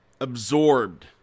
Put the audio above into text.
absorbed